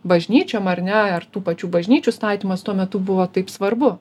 bažnyčiom ar ne ar tų pačių bažnyčių statymas tuo metu buvo taip svarbu